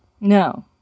no